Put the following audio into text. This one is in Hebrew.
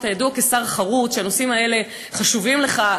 אתה ידוע כשר חרוץ, שהנושאים האלה חשובים לך.